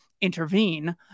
intervene